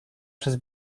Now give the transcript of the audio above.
przez